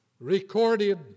recorded